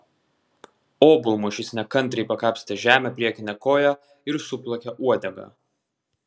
obuolmušys nekantriai pakapstė žemę priekine koja ir suplakė uodega